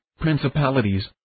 principalities